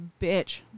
bitch